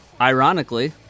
Ironically